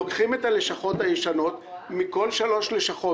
לוקחים את הלשכות הישנות ומכל שלוש לשכות